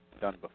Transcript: done